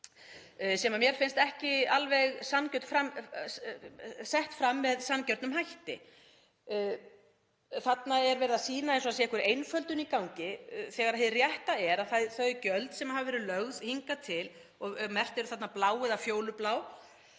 sem mér finnst ekki sett fram með sanngjörnum hætti. Þarna er verið að sýna eins og það sé einhver einföldun í gangi þegar hið rétta er að þau gjöld sem hafa verið lögð á hingað til og merkt eru þarna blá eða fjólublá